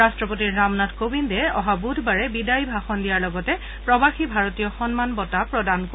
ৰাট্টপতি ৰামনাথ কোবিন্দে অহা বুধবাৰে বিদায়ী ভাষণ দিয়াৰ লগতে প্ৰবাসী ভাৰতীয় সন্মান বঁটা প্ৰদান কৰিব